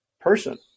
person